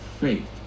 faith